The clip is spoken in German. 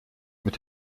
mit